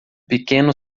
pequeno